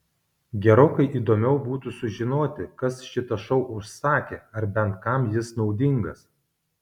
gerokai įdomiau būtų sužinoti kas šitą šou užsakė ar bent kam jis naudingas